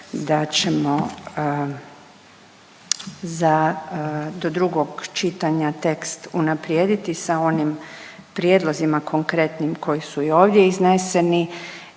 da ćemo za do drugog čitanja tekst unaprijediti sa onim prijedlozima konkretnim koji su i ovdje izneseni